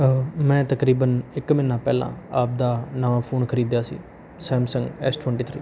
ਮੈਂ ਤਕਰੀਬਨ ਇੱਕ ਮਹੀਨਾ ਪਹਿਲਾਂ ਆਪਦਾ ਨਵਾਂ ਫ਼ੋਨ ਖਰੀਦਿਆ ਸੀ ਸੈਮਸੰਗ ਐੱਸ ਟਵੈਂਟੀ ਥ੍ਰੀ